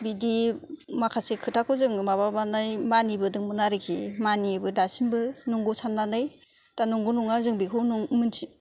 बिदि माखासे खोथाखौ जोङो माबानाय मानिबोदोंमोन आरोखि मानियो दासिमबो नंगौ साननानै दा नंगौ नङा जों बेखौ मोनथिया